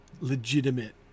legitimate